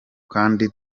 kandi